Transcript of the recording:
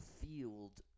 field